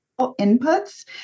inputs